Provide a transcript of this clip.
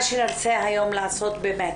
מה שנרצה היום לעשות באמת,